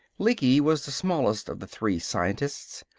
lecky was the smallest of the three scientists.